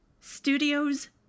studio's